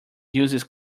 uses